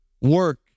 Work